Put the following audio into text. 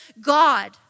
God